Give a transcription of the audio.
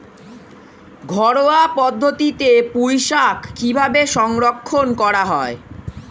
ঘরোয়া পদ্ধতিতে পুই শাক কিভাবে সংরক্ষণ করা হয়?